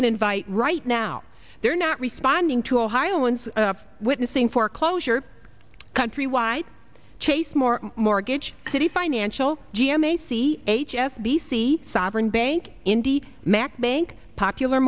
can invite right now they're not responding to ohioans witnessing foreclosure countrywide chase more mortgage city financial g m a t h s b c sovereign bank indy mac bank popular